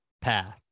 path